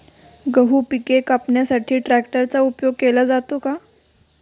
गहू पिके कापण्यासाठी ट्रॅक्टरचा उपयोग केला जातो का?